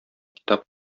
китап